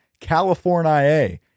California